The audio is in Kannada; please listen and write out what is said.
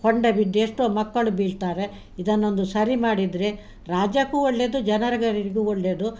ಹೊಂಡ ಬಿದ್ದೆಷ್ಟೋ ಮಕ್ಕಳು ಬೀಳ್ತಾರೆ ಇದನ್ನೊಂದು ಸರಿ ಮಾಡಿದರೆ ರಾಜ್ಯಕ್ಕೂ ಒಳ್ಳೆಯದು ಜನರಗರಿಗೂ ಒಳ್ಳೆಯದು